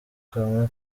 kanwa